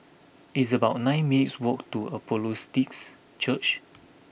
it's about nine minutes' walk to Church